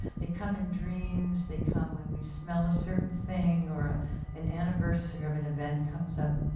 they come in dreams. they come when we smell a certain thing or an anniversary of an event comes up.